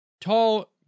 Tall